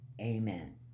Amen